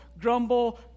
grumble